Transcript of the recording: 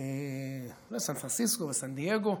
לסן פרנסיסקו וסן דייגו,